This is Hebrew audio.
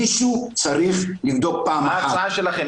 מישהו צריך לבדוק פעם אחת מה קרה --- מה ההצעה שלכם,